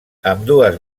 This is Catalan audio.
ambdues